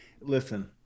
listen